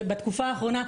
בתקופה האחרונה,